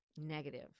negative